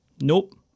Nope